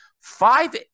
five